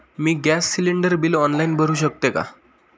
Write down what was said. मी gas cylinder bill online भरु शकते का?